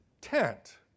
tent